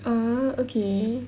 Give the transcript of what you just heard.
oh okay